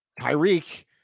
Tyreek